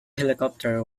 helicopter